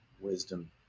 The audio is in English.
Wisdom